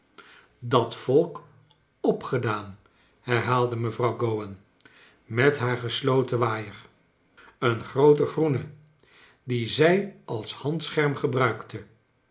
dat volk opgedaan herhaalde mevrouw gowan met haar gesloten waaier een groote groene dien zij als handscherm gebruikte